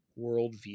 worldview